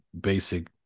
basic